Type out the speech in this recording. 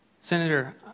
Senator